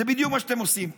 זה בדיוק מה שאתם עושים פה.